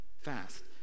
fast